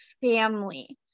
family